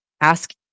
ask